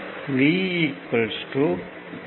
V V1 V2 V என்பது மொத்த voltage ஆகும்